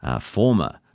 former